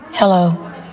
Hello